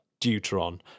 deuteron